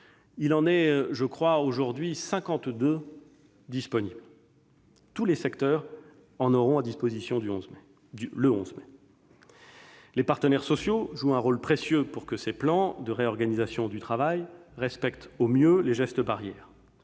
fiches soient aujourd'hui disponibles. Tous les secteurs en auront à disposition le 11 mai. Les partenaires sociaux jouent un rôle précieux pour que ces plans de réorganisation du travail respectent au mieux les gestes barrières.